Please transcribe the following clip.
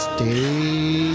Stay